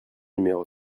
numéro